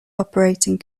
operating